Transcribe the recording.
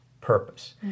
purpose